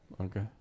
Okay